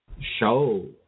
show